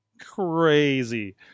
Crazy